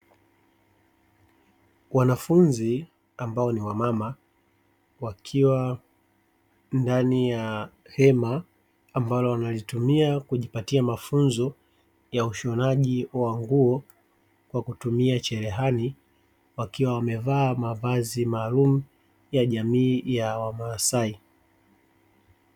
Wanafunzi ambao ni wamama, wakiwa ndani ya hema ambalo wanalitumia kujipatia mafunzo ya ushonaji wa nguo kwa kutumia cherehani, wakiwa wamevaa mavazi maalumu ya jamii ya wamasai.